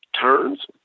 turns